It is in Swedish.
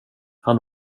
han